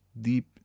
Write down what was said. deep